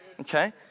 Okay